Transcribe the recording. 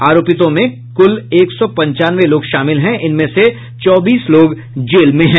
आरोपितों में कुल एक सौ पचानवे लोग शामिल हैं जिनमें से चौबीस लोग जेल में हैं